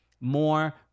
more